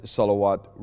salawat